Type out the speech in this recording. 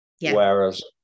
Whereas